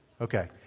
Okay